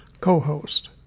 co-host